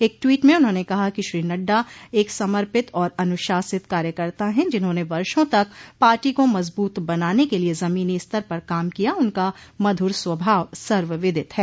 एक ट्वीट में उन्होंने कहा कि श्री नड्डा एक समर्पित और अनुशासित कार्यकर्ता है जिन्होंने वर्षो तक पाटी को मजबत बनाने के लिय जमीनी स्तर पर काम किया उनका मधुर स्वभाव सर्वविदित है